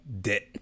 debt